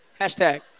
Hashtag